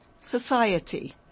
society